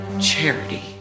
charity